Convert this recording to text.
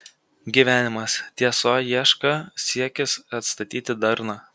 gyvenimas tiesoieška siekis atstatyti darną